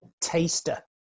taster